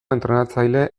entrenatzaile